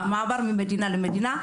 במעבר ממדינה למדינה,